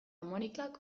monikak